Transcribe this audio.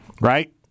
Right